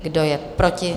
Kdo je proti?